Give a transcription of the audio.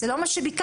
זה לא מה שביקשנו.